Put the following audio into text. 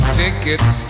tickets